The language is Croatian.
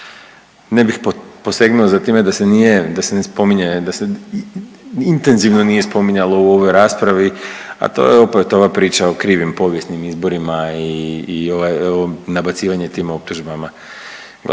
se nije, da se ne spominje, da se intenzivno nije spominjalo u ovoj raspravi, a to je opet ova priča o krivim povijesnim izborima i nabacivanje tim optužbama.